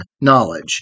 knowledge